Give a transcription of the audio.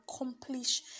accomplish